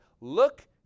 look